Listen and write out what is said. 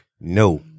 No